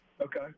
Okay